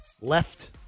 left